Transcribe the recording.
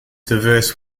diverse